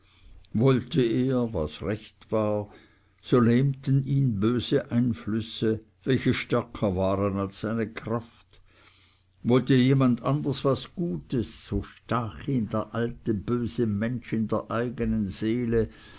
wollte er was recht war so lähmten ihn böse einflüsse welche stärker waren als seine kraft wollte jemand anders was gutes so stach ihn der alte böse mensch in der eigenen seele